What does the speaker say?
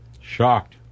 shocked